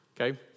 Okay